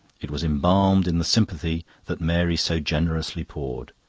it was embalmed in the sympathy that mary so generously poured.